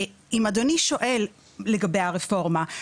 אם אדוני שואל לגבי הרפורמה,